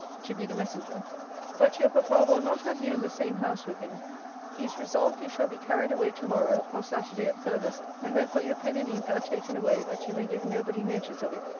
to be the messenger but your papa will not have you in the same house with him he is resolved you shall be carried away to-morrow, or saturday at farthest. and therefore your pen and ink are taken away, that you may give nobody notice of it.